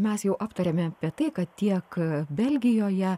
mes jau aptarėme apie tai kad tiek belgijoje